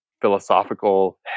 philosophical